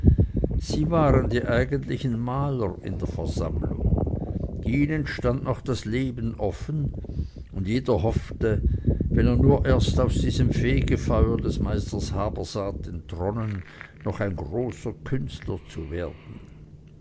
sie waren die eigentlichen maler in der versammlung ihnen stand noch das leben offen und jeder hoffte wenn er nur erst aus diesem fegefeuer des meisters habersaat entronnen noch ein großer künstler zu werden